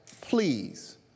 please